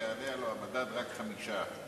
המדד רק ב-5%.